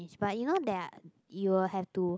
but you know that you will have to